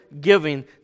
giving